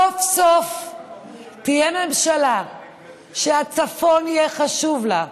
סוף-סוף תהיה ממשלה שהצפון יהיה חשוב לה,